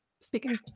speaking